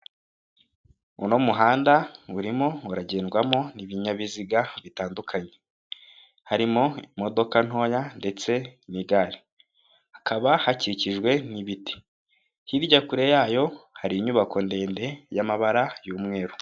Uno muhanda urimo uragendwamo n'ibinyabiziga bitandukanye, harimo imodoka ntoya ndetse n'igare, hakaba hakikijwe n'ibiti, hirya kure yayo hari inyubako ndende y'amabara y'umweru.